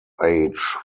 age